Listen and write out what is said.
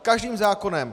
Každým zákonem.